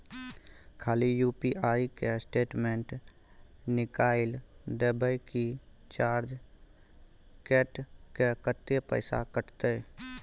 खाली यु.पी.आई के स्टेटमेंट निकाइल देबे की चार्ज कैट के, कत्ते पैसा कटते?